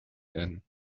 werden